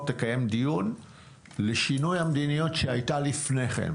היא תקיים דיון לשינוי המדיניות שהייתה לפני כן.